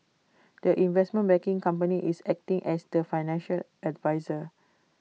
the investment banking company is acting as the financial adviser